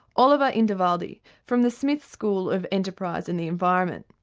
oliver inderwildi from the smith school of enterprise and the environment.